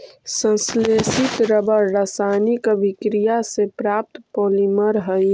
संश्लेषित रबर रासायनिक अभिक्रिया से प्राप्त पॉलिमर हइ